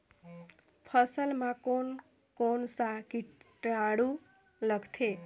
फसल मा कोन कोन सा कीटाणु लगथे?